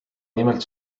nimelt